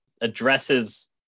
addresses